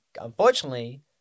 unfortunately